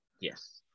Yes